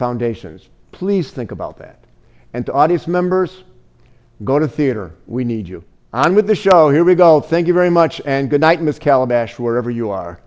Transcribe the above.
foundations please think about that and the audience members go to theater we need you i'm with the show here we go thank you very much and good night miss calabash wherever you are